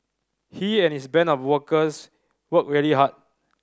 he and his band of workers worked really hard